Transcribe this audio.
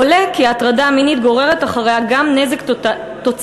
עולה כי ההטרדה המינית גוררת אחריה גם נזק תוצאתי